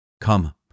Come